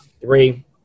Three